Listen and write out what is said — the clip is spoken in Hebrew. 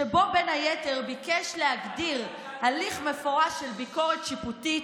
שבה בין היתר ביקש להגדיר הליך מפורש של ביקורת שיפוטית,